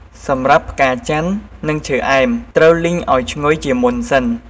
សម្រាប់ផ្កាចាន់ នឹងឈើអែមត្រូវលីងអោយឈ្ងុយជាមុនសិន។